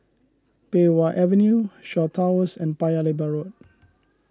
Pei Wah Avenue Shaw Towers and Paya Lebar Road